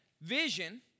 vision